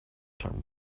term